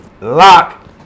Lock